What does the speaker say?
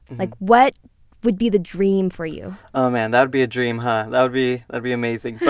like, what would be the dream for you? um and that would be a dream, huh? that would be ah be amazing.